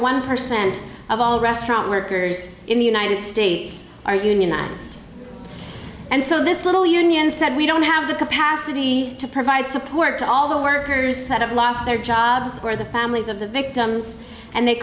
one percent of all restaurant workers in the united states are unionized and so this little union said we don't have the capacity to provide support to all the workers that have lost their jobs or the families of the victims and they